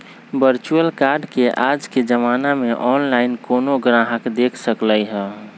virtual card के आज के जमाना में ऑनलाइन कोनो गाहक देख सकलई ह